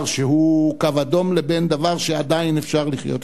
שהוא קו אדום לבין דבר שעדיין אפשר לחיות אתו.